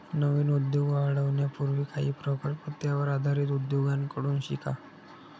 नवीन उद्योग वाढवण्यापूर्वी काही प्रकल्प त्यावर आधारित उद्योगांकडून शिका